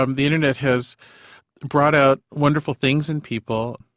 um the internet has brought out wonderful things in people.